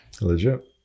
Legit